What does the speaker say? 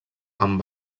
amb